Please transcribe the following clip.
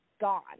gone